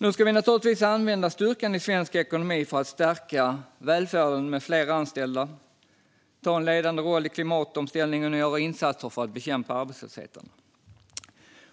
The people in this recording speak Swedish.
Vi ska givetvis använda styrkan i svensk ekonomi för att stärka välfärden med fler anställda, ta en ledande roll i klimatomställningen, göra insatser för att bekämpa arbetslösheten